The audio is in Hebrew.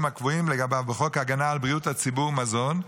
הקבועים לגביו בחוק הגנה על בריאות הציבור (מזון)